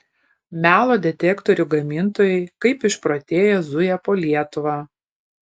melo detektorių gamintojai kaip išprotėję zuja po lietuvą